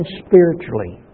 spiritually